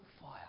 fire